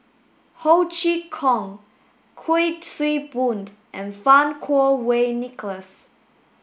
Ho Chee Kong Kuik Swee Boon and Fang Kuo Wei Nicholas